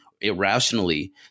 irrationally